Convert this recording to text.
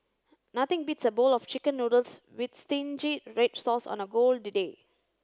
nothing beats a bowl of chicken noodles with stingy red sauce on a cold day